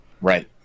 Right